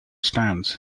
stands